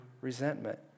Resentment